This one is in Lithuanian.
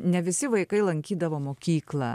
ne visi vaikai lankydavo mokyklą